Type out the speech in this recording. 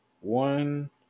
one